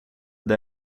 det